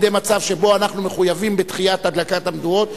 מצב שבו אנחנו מחויבים בדחיית הדלקת המדורות,